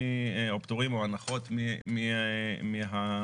או הנחות מהיטלים.